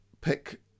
pick